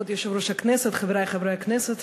כבוד יושב-ראש הכנסת, חברי חברי הכנסת,